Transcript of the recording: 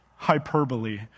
hyperbole